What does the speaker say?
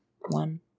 One